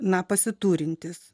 na pasiturintis